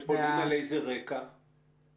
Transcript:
על איזה רקע הם פונים?